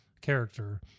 character